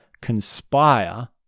conspire